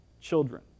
children